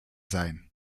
sein